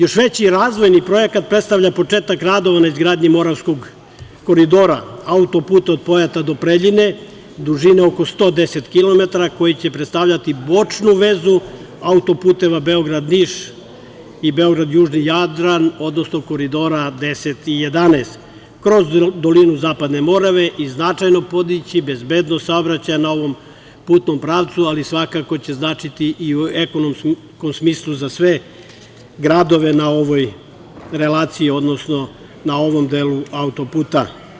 Još veći razvojni projekat predstavlja početak radova na izgradnji Moravskog koridora, autoput od Pojata do Preljine, dužine od oko 110 kilometara koji će predstavljati bočnu vezu autoputeva Beograd-Niš i Beograd-južni Jadran, odnosno koridora 10 i 11, kroz dolinu Zapadne Morave i značajno podići bezbednost saobraćaja na ovom putnom pravcu, ali svakako će značiti i u ekonomskom smislu za sve gradove na ovoj relaciji, odnosno na ovom delu autoputa.